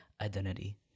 identity